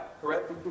Correct